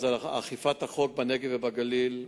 אכיפת החוק בנגב ובגליל.